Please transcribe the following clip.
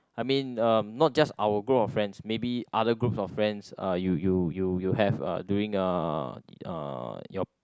I mean uh not just our group of friends maybe other group of friends uh you you you have uh doing uh your